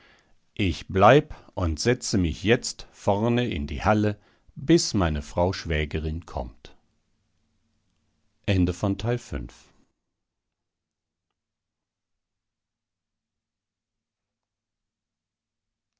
ich bleib und setze mich jetzt vorne in die halle bis meine frau schwägerin kommt